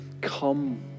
come